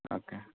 okay